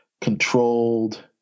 controlled